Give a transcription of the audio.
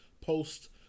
post